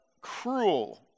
cruel